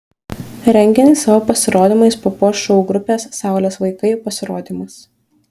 renginį savo pasirodymais papuoš šou grupės saulės vaikai pasirodymas